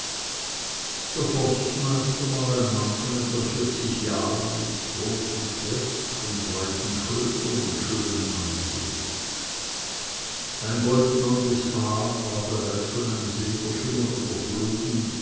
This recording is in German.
der forstmeister war ein mann von etwa vierzig jahren groß und fest von breiten schultern und schönen ansehens sein goldblondes haar war bereits von einem silberschimmer überflogen